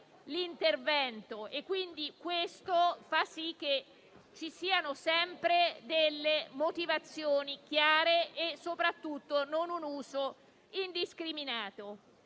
l'intervento. Ciò fa sì che ci siano sempre delle motivazioni chiare e soprattutto non vi sia un uso indiscriminato.